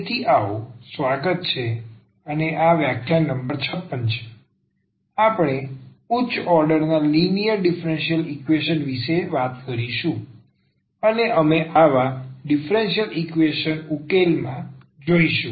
તેથી પાછા આવો સ્વાગત છે અને આ વ્યાખ્યાન નંબર 56 છે આપણે ઉચ્ચ ઓર્ડરના લિનિયર ડીફરન્સીયલ ઈકવેશન વિશે વાત કરીશું અને અમે આવા ડીફરન્સીયલ ઈકવેશન ના ઉકેલ માં જઈશું